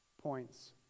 points